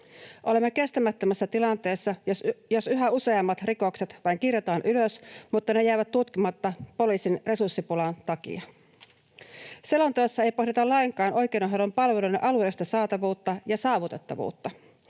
Olemme kestämättömässä tilanteessa, jos yhä useammat rikokset vain kirjataan ylös mutta ne jäävät tutkimatta poliisin resurssipulan takia. Selonteossa ei pohdita lainkaan oikeudenhoidon palveluiden alueellista saatavuutta ja saavutettavuutta.